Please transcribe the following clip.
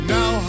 Now